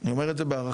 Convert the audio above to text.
אני אומר את זה בהערכה,